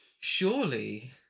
Surely